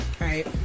Right